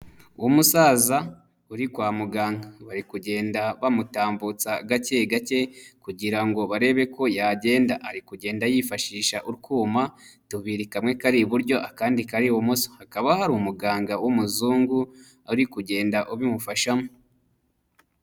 Uwo umusaza uri kwa muganga bari kugenda bamutambutsa gake gake kugira ngo barebe ko yagenda, ari kugenda yifashisha utwuma tubiri kamwe kari iburyo akandi kari ibumoso, hakaba hari umuganga w'umuzungu uri kugenda ubimufashamo.